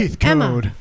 Emma